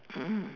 mm